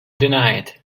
denied